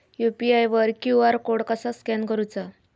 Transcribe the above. UPI वर QR code कसा scan करूचा?